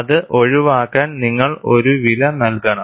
അത് ഒഴിവാക്കാൻ നിങ്ങൾ ഒരു വില നൽകണം